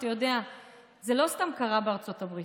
אתה יודע זה לא סתם קרה בארצות הברית,